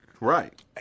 Right